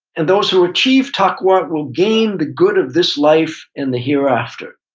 and those who achieve taqwa will gain the good of this life in the hereafter.